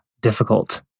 difficult